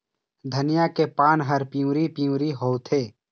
धनिया के पान हर पिवरी पीवरी होवथे?